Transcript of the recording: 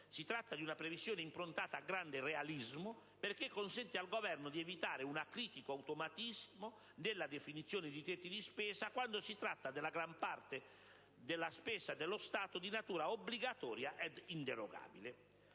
Si tratta di una previsione improntata a grande realismo perché consente al Governo di evitare un critico automatismo nella definizione di tetti di spesa quando si tratta della gran parte della spesa dello Stato di natura obbligatoria e inderogabile.